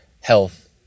health